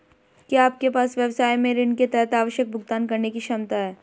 क्या आपके व्यवसाय में ऋण के तहत आवश्यक भुगतान करने की क्षमता है?